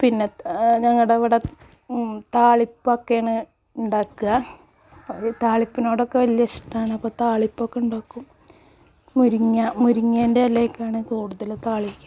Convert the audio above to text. പിന്നെ ഞങ്ങളുടെ ഇവിടെ താളിപ്പൊക്കെയാണ് ഉണ്ടാക്കുക താളിപ്പിനോടൊക്കെ വലിയ ഇഷ്ടമാണ് അപ്പോൾ താളിപ്പൊക്കെ ഉണ്ടാക്കും മുരിങ്ങ മുരിങ്ങേൻറെ ഇലയൊക്കെയാണ് കൂടുതൽ താളിക്കും